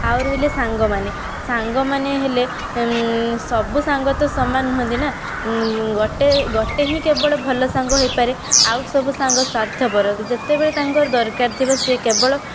ଆଉ ରହିଲେ ସାଙ୍ଗମାନେ ସାଙ୍ଗମାନେ ହେଲେ ସବୁ ସାଙ୍ଗ ତ ସମାନ ନୁହଁନ୍ତି ନା ଗୋଟେ ଗୋଟେ ହିଁ କେବଳ ଭଲ ସାଙ୍ଗ ହେଇପାରେ ଆଉ ସବୁ ସାଙ୍ଗ ସ୍ୱାର୍ଥପର ଯେତେବେଳ ତାଙ୍କର ଦରକାର ଥିବ ସେ କେବଳ